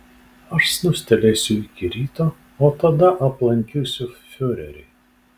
aš snustelėsiu iki ryto o tada aplankysiu fiurerį